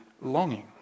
longing